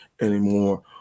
anymore